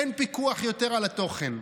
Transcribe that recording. "אין פיקוח יותר על התוכן".